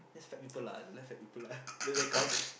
that's fat people lah I don't like fat people lah does that count